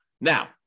Now